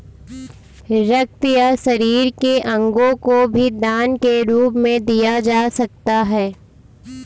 रक्त या शरीर के अंगों को भी दान के रूप में दिया जा सकता है